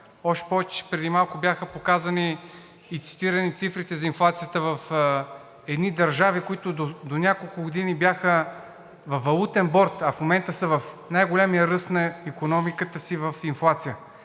още повече че преди малко бяха показани и цитирани цифрите за инфлацията в едни държави, които допреди няколко години бяха във Валутен борд, а в момента са в най-големия ръст на икономиката си в инфлация.